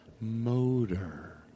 motor